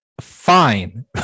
fine